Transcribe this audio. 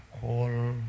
call